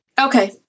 Okay